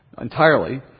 Entirely